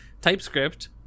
TypeScript